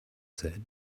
said